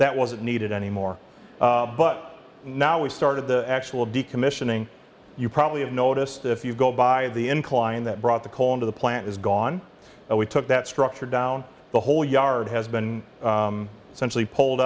that wasn't needed anymore but now we started the actual decommissioning you probably have noticed if you go by the incline that brought the coal into the plant is gone and we took that structure down the whole yard has been essentially pulled